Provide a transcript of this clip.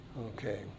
Okay